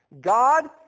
God